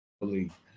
believe